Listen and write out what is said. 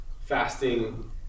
fasting